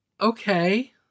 okay